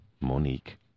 Monique